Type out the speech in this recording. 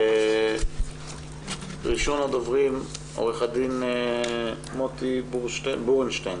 ראשון הדוברים עו"ד מוטי ברונשטיין